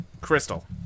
Crystal